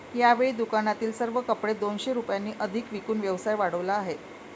यावेळी दुकानातील सर्व कपडे दोनशे रुपयांनी अधिक विकून व्यवसाय वाढवला आहे